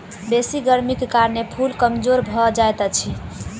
बेसी गर्मीक कारणें फूल कमजोर भअ जाइत अछि